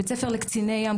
בית הספר לקציני ים,